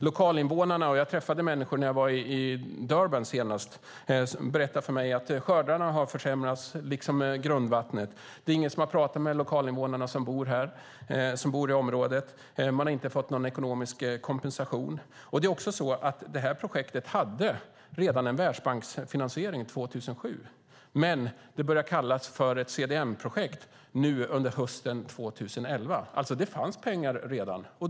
Lokalinvånarna - jag träffade människor när jag var i Durban senast - berättade för mig att skördarna har försämrats liksom grundvattnet. Det är ingen som har pratar med de lokalinvånare som bor i området. De har inte fått någon ekonomisk kompensation. Det här projektet hade redan en världsbanksfinansiering 2007, men det började kallas för ett CDM-projekt under hösten 2011. Det fanns alltså redan pengar.